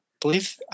believe